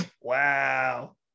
Wow